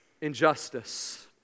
injustice